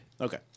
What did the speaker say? Okay